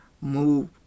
move